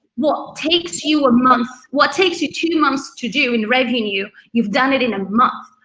what takes you a month, what takes you two months to do in revenue, you've done it in a month.